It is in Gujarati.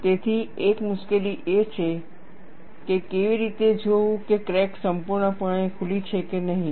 તેથી એક મુશ્કેલી એ છે કે કેવી રીતે જોવું કે ક્રેક સંપૂર્ણપણે ખુલી છે કે નહીં